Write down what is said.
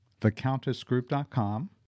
thecountessgroup.com